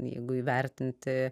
jeigu įvertinti